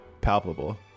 palpable